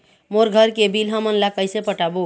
मोर घर के बिल हमन का कइसे पटाबो?